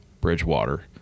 Bridgewater